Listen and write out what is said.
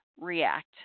react